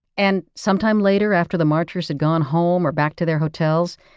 and sometime later, after the marchers had gone home, or back to their hotels,